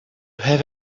have